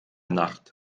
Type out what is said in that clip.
nacht